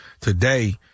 today